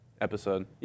episode